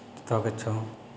ᱡᱚᱛᱚ ᱠᱤᱪᱷᱩ